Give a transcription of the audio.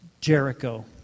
Jericho